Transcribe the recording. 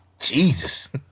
Jesus